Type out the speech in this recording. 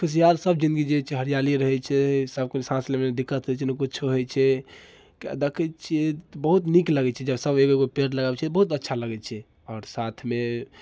खुशिआर सब जिन्दगी जीयैत छै हरिआली रहैत छै सबके साँस लेबैमे दिक्कत होइत छै नहि किछु होइत छै देखैत छियै बहुत नीक लगैत छै जब सब एगो एगो पेड़ लगाबैत छै तऽ बहुत अच्छा लगैत छै आओर साथमे